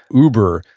uber.